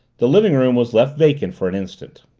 the living-room was left vacant for an instant.